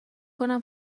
کنم